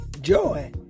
joy